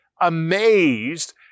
amazed